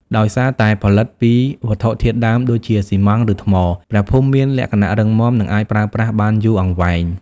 ដោយសារតែផលិតពីវត្ថុធាតុដើមដូចជាស៊ីម៉ងត៍ ឬថ្ម ព្រះភូមិមានលក្ខណៈរឹងមាំ និងអាចប្រើប្រាស់បានយូរអង្វែង។